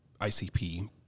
ICP